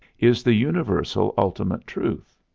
is the universal ultimate truth.